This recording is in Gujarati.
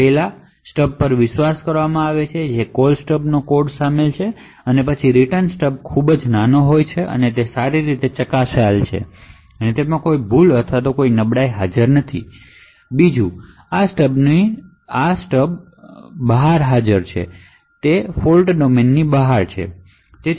પહેલૂ સ્ટબ પર વિશ્વાસ કરવામાં આવે છે જેમાં કોલ સ્ટબનો કોડ શામેલ છે અને રીટર્ન સ્ટબ ખૂબ જ નાનો છે અને તે સારી રીતે ચકાસાયેલ છે અને તેમાં કોઈ ભૂલો અથવા કોઈની નબળાઈઓ હાજર નથી બીજું આ સ્ટબ ફોલ્ટ ડોમેનની બહાર હાજર છે